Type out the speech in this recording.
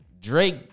Drake